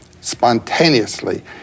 spontaneously